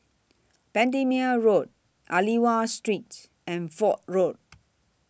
Bendemeer Road Aliwal Street and Fort Road